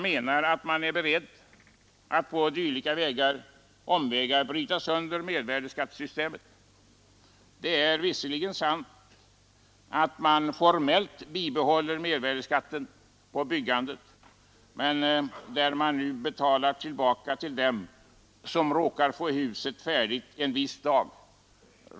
menar att de är beredda att på dylika omvägar bryta sönder mervärdeskattesystemet. Det är visserligen sant att man formellt bibehåller mervärdeskatten på byggandet men betalar tillbaka pengar till dem som råkar få huset färdigt en viss dag.